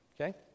Okay